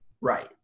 right